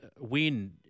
win